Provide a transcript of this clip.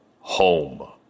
home